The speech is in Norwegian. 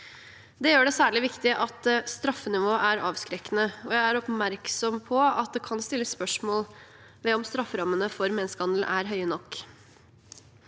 Det gjør det særlig viktig at straffenivået er avskrekkende. Jeg er oppmerksom på at det kan stilles spørsmål ved om strafferammene for menneskehandel er høye nok.